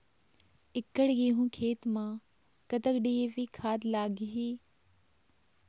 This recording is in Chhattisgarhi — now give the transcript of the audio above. एकड़ गेहूं खेत म कतक डी.ए.पी खाद लाग ही?